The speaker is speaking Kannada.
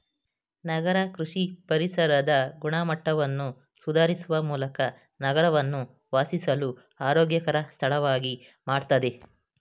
ನಗರ ಕೃಷಿ ಪರಿಸರದ ಗುಣಮಟ್ಟವನ್ನು ಸುಧಾರಿಸುವ ಮೂಲಕ ನಗರವನ್ನು ವಾಸಿಸಲು ಆರೋಗ್ಯಕರ ಸ್ಥಳವಾಗಿ ಮಾಡ್ತದೆ